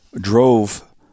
drove